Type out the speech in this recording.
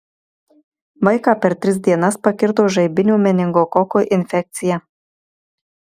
vaiką per tris dienas pakirto žaibinio meningokoko infekcija